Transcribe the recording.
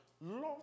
Love